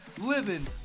living